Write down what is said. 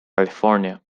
california